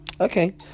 Okay